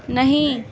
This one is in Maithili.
नहि